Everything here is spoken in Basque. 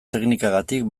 teknikagatik